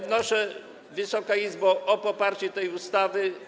Wnoszę, Wysoka Izbo, o poparcie tej ustawy.